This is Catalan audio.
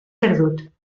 perdut